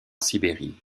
sibérie